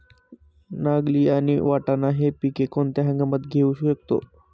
नागली आणि वाटाणा हि पिके कोणत्या हंगामात घेऊ शकतो?